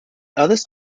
others